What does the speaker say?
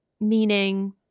meaning